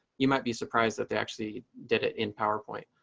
you might be surprised that they actually did it in powerpoint.